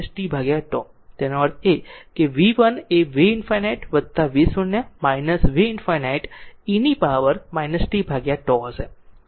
તેનો અર્થ એ કે vt એ V ∞ v0 v ∞ e power tτ હશે